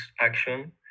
action